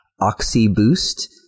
oxyboost